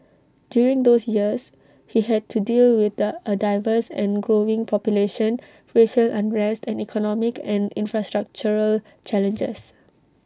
during those years he had to deal with the A diverse and growing population racial unrest and economic and infrastructural challenges